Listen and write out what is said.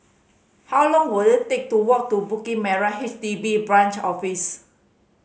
how long will it take to walk to Bukit Merah H D B Branch Office